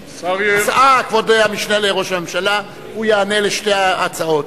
השר, כבוד המשנה לראש הממשלה יענה על שתי ההצעות.